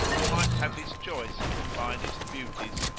that might have his choice of the finest beauties?